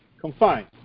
confined